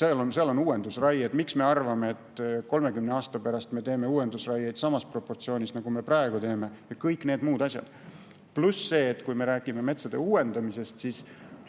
Seal on uuendusraied. Miks me arvame, et 30 aasta pärast me teeme uuendusraiet samas proportsioonis, nagu me praegu teeme? Ja on veel kõik need muud asjad. Pluss see, et kui me räägime metsade uuendamisest, siis